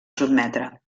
sotmetre